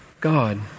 God